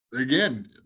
again